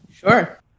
Sure